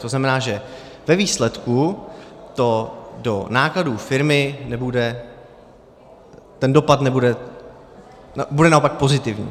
To znamená, že ve výsledku to do nákladů firmy nebude, ten dopad nebude, bude naopak pozitivní.